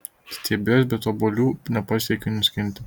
stiebiuos bet obuolių nepasiekiu nuskinti